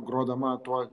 grodama tuo